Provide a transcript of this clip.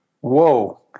Whoa